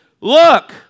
Look